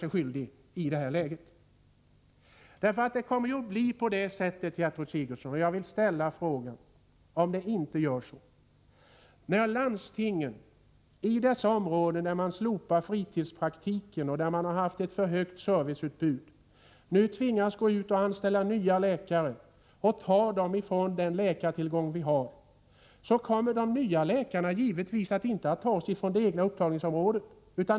Det kommeroch jag vill fråga Gertrud Sigurdsen om det inte är så - att bli på det här sättet: När landstingen i dessa områden där man slopar fritidspraktikerna och där man har haft ett för högt serviceutbud tvingas gå ut och anställa nya läkare och tar dem i från den läkartillgång som finns, kommer de nya läkarna givetvis inte att tas ifrån det egna upptagningsområdet.